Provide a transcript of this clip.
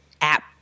app